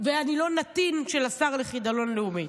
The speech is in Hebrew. ואני לא נתין של השר לחידלון לאומי.